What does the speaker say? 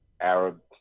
Arab